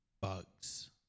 bugs